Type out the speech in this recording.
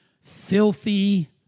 filthy